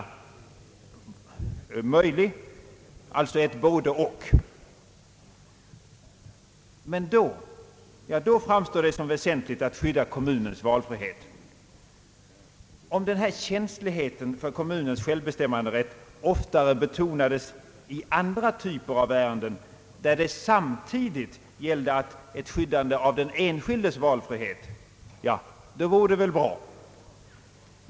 Men då framstår det för en del personer som väsentligt att skydda kommunens valfrihet. Om den här känsligheten för kommunens självbestämmanderätt oftare betonades i andra typer av ärenden, där det samtidigt gällde ett skyddande av den enskildes valfrihet, vore det väl bra.